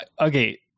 okay